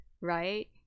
right